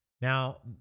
Now